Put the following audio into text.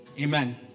Amen